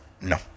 no